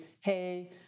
hey